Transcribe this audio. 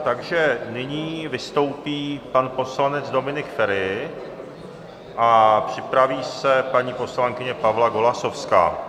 Takže nyní vystoupí pan poslanec Dominik Feri a připraví se paní poslankyně Pavla Golasowská.